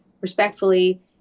respectfully